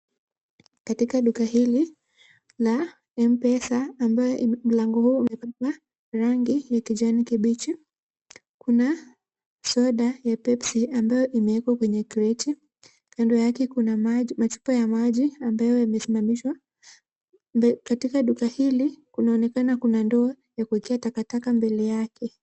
Katika duka hili la M-Pesa, ambayo mlango huu umepakwa rangi ya kijani kibichi, kuna soda ya Pepsi ambayo imewekwa kwenye crate . Kando yake kuna maji machupa ya maji ambayo yamesimamishwa. Katika duka hili, kunaonekana kuna ndoo ya kuwekea taka taka mbele yake.